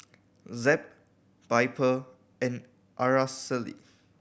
Zeb Piper and Araceli